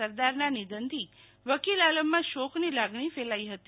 સરદારના નિધનથી વકીલ આલમમાં શોકની લાગણી ફેલાઈ હતી